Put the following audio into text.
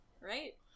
right